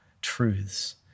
truths